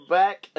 back